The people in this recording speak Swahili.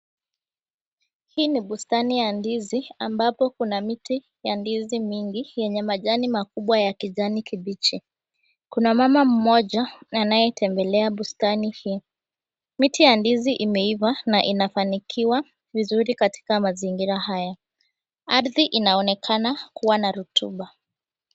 Hii ni bustani ya ndizi ambapo kuna miti ya ndizi mingi yenye majani makubwa ya kijani kibichi, kuna mama mmoja anayetembelea bustani hii. Miti ya ndizi imeiva na inafanikiwa vizuri katika mazingira haya, ardhi inaonekana kuwa na rutuba.